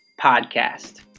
Podcast